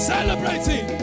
Celebrating